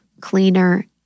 Cleaner